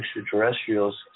extraterrestrials